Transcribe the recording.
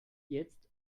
jetzt